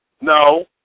No